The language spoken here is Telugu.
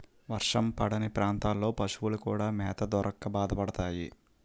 వర్షం పడని ప్రాంతాల్లో పశువులు కూడా మేత దొరక్క బాధపడతాయి